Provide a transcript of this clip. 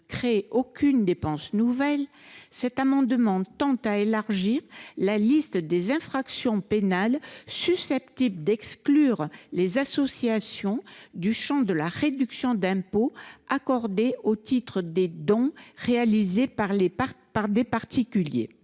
à créer aucune dépense nouvelle, a pour objet d’élargir la liste des infractions pénales susceptibles d’exclure les associations du champ de la réduction d’impôt accordée au titre des dons réalisés par des particuliers.